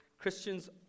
Christians